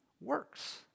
works